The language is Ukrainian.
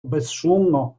безшумно